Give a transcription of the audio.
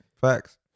Facts